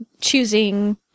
choosing